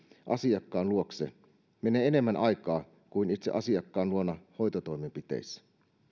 asiakkaan luokse menee enemmän aikaa kuin itse asiakkaan luona hoitotoimenpiteissä